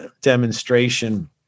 demonstration